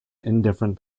indifferent